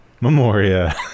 Memoria